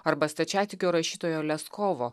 arba stačiatikių rašytojo leskovo